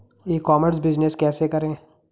ई commerce business कैसे करें?